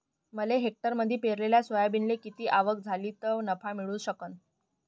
एका हेक्टरमंदी पेरलेल्या सोयाबीनले किती आवक झाली तं नफा मिळू शकन?